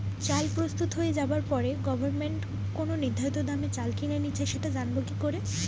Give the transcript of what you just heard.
চাল প্রস্তুত হয়ে যাবার পরে গভমেন্ট কোন নির্ধারিত দামে চাল কিনে নিচ্ছে সেটা জানবো কি করে?